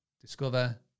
discover